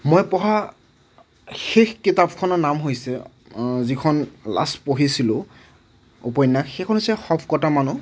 মই পঢ়া শেষ কিতাপখনৰ নাম হৈছে যিখন লাষ্ট পঢ়িছিলোঁ উপন্যাস সেইখন হৈছে শৱ কটা মানুহ